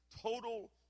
Total